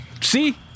See